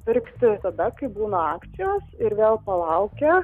pirkti tada kai būna akcijos ir vėl palaukia